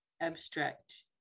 abstract